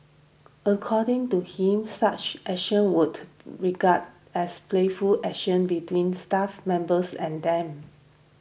according to him such actions would regarded as playful actions between staff members and them